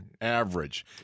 average